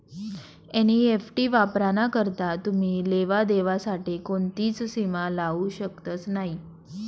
NEFT वापराना करता तुमी लेवा देवा साठे कोणतीच सीमा लावू शकतस नही